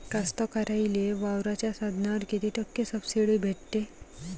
कास्तकाराइले वावराच्या साधनावर कीती टक्के सब्सिडी भेटते?